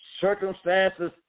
circumstances